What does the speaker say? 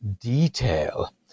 detail